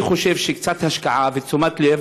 אני חושב שקצת השקעה ותשומת לב,